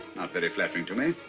very flattering to me.